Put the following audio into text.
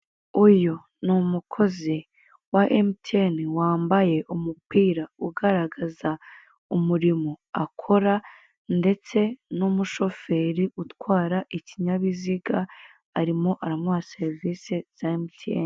Uyu ni umukozi wa emutiyeni wambaye umupira ugaragaza umurimo akora ndetse n'umushoferi utwara ikinyabiziga arimo aramuha serivise za emutiyeni.